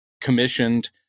commissioned